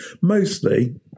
mostly